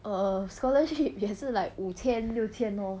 err scholarship 也是 like 五千六千 lor